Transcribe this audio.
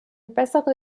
bessere